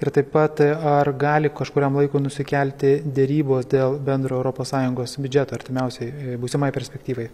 ir taip pat ar gali kažkuriam laikui nusikelti derybos dėl bendro europos sąjungos biudžeto artimiausiai būsimai perspektyvai